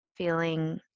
Feeling